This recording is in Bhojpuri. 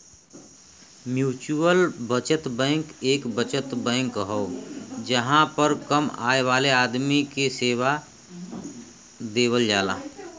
म्युचुअल बचत बैंक एक बचत बैंक हो जहां पर कम आय वाले आदमी के सेवा देवल जाला